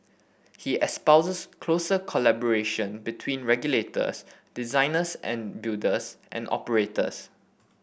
he espouses closer collaboration between regulators designers and builders and operators